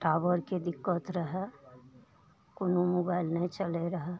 टावरके दिक्कत रहय कोनो मोबाइल नहि चलय रहय